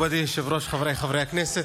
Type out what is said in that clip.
זה הוויכוח, מכובדי היושב-ראש, חבריי חברי הכנסת,